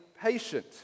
patient